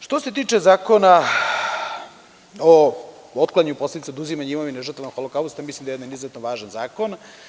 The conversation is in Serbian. Što se tiče Zakona o otklanjanju posledica oduzimanja imovine žrtvama Holokausta, mislim da je to jedan izuzetno važan zakon.